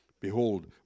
Behold